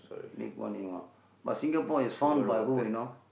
Lee Kuan Yew ah but Singapore is found by who you know